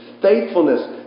faithfulness